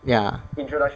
ya